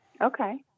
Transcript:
Okay